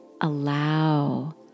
allow